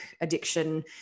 addiction